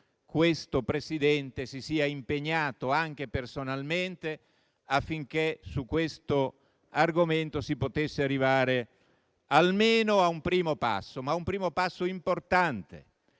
questo Presidente si sia impegnato, anche personalmente, affinché sull'argomento si potesse arrivare almeno a un primo passo. È un primo passo importante,